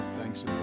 thanks